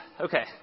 Okay